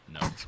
No